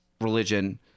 religion